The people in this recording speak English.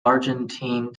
argentine